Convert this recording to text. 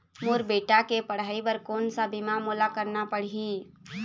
मोर बेटा के पढ़ई बर कोन सा बीमा मोला करना पढ़ही?